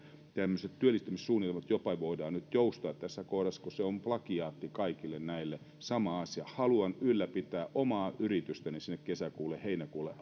tämmöisissä työllistymissuunnitelmissa jopa voidaan nyt joustaa tässä kohdassa kun se on plagiaatti kaikille näille sama asia haluaa ylläpitää omaa yritystään sinne kesäkuulle heinäkuulle